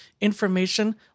information